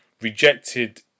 rejected